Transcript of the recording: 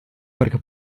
perché